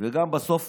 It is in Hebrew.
וגם בסוף